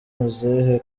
muzehe